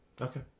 Okay